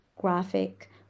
graphic